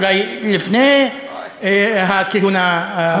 אולי לפני הכהונה שלך.